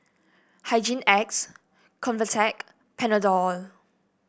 Hygin X Convatec Panadol